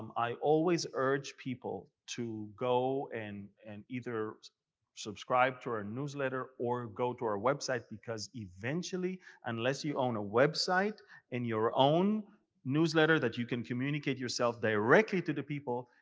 um i always urge people to go and and either subscribe to our newsletter or go to our website. because eventually unless you own a website and your own newsletter that you can communicate yourself directly to the people,